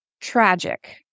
tragic